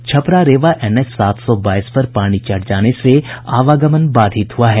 Chhapra Rewa NH सात सौ बाईस पर पानी चढ़ जाने से आवागमन बाधित हुआ है